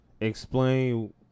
explain